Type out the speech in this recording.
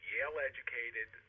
Yale-educated